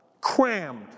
crammed